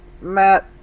Matt